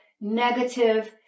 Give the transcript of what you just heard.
negative